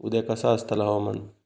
उद्या कसा आसतला हवामान?